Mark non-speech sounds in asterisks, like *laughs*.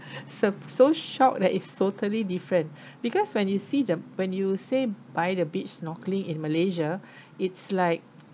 *laughs* so so shocked that it's totally different *breath* because when you see the when you say by the beach snorkelling in malaysia *breath* it's like